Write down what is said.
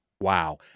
Wow